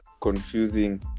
confusing